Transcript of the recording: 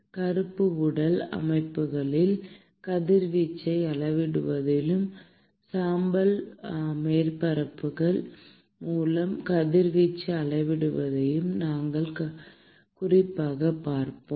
கருப்பு உடல் அமைப்புகளில் கதிர்வீச்சை அளவிடுவதையும் சாம்பல் மேற்பரப்புகள் மூலம் கதிர்வீச்சை அளவிடுவதையும் நாங்கள் குறிப்பாகப் பார்ப்போம்